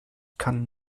kann